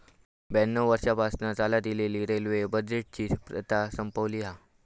ब्याण्णव वर्षांपासना चालत इलेली रेल्वे बजेटची प्रथा संपवली हा